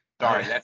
Sorry